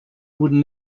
would